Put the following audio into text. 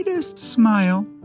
smile